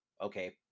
Okay